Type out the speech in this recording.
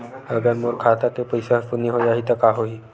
अगर मोर खाता के पईसा ह शून्य हो जाही त का होही?